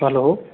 hello